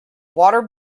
water